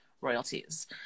royalties